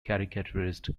caricaturist